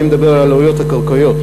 אני מדבר על העלויות הקרקעיות,